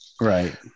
Right